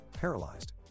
paralyzed